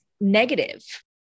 negative